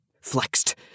Flexed